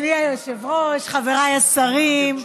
היושב-ראש מה הוא משאיר לנו,